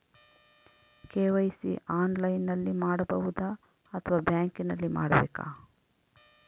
KYC ಆನ್ಲೈನಲ್ಲಿ ಮಾಡಬಹುದಾ ಅಥವಾ ಬ್ಯಾಂಕಿನಲ್ಲಿ ಮಾಡ್ಬೇಕಾ?